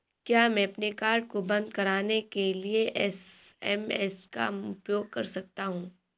क्या मैं अपने कार्ड को बंद कराने के लिए एस.एम.एस का उपयोग कर सकता हूँ?